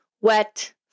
wet